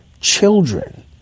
children